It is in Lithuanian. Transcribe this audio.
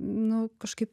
nu kažkaip